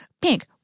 pink